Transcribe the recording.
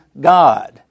God